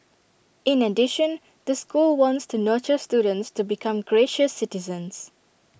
in addition the school wants to nurture students to become gracious citizens